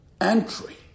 Entry